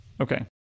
Okay